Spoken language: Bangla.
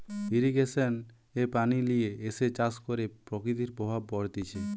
ইরিগেশন এ পানি লিয়ে এসে চাষ করে প্রকৃতির প্রভাব পড়তিছে